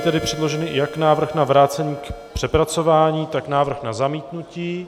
Byly tedy předloženy jak návrh na vrácení k přepracování, tak návrh na zamítnutí.